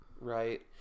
Right